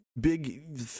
big